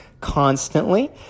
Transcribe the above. constantly